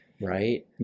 Right